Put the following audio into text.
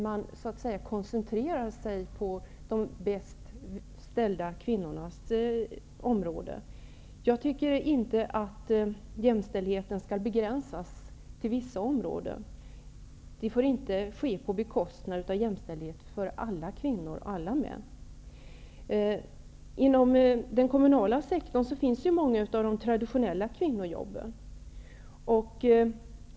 Man koncentrerar sig ju på de bäst ställda kvinnornas område. Jag tycker inte att jämställdheten skall begränsas till vissa områden. Detta får inte ske på bekostnad av jämställdhet för alla kvinnor och alla män. Inom den kommunala sektorn finns många av de traditionella kvinnojobben.